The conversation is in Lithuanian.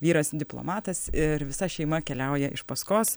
vyras diplomatas ir visa šeima keliauja iš paskos